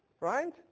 Right